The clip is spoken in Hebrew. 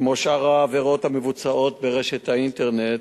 כמו שאר העבירות המבוצעות ברשת האינטרנט,